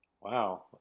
Wow